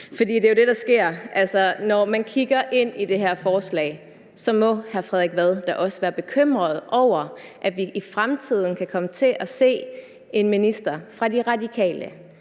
For det er jo det, der sker. Altså, når man kigger ind i det her forslag, må hr. Frederik Vad da også være bekymret over, at vi i fremtiden kan komme til at se en minister fra De Radikale